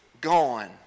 gone